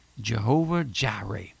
Jehovah-Jireh